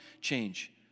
change